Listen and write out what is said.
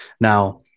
Now